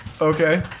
Okay